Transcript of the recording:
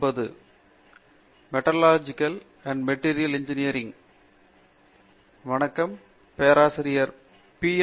பேராசிரியர் பிரதாப் ஹரிதாஸ் வணக்கம் பேராசிரியர் பி